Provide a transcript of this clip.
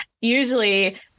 usually